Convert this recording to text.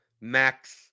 max